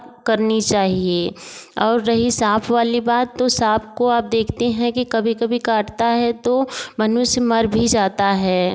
करनी चाहिए और रही साँप वाली बात तो साँप को आप देखते हैं कि कभी कभी काटता है तो मनुष्य मर भी जाता है